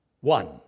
one